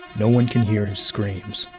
no one can hear his screams.